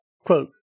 Quote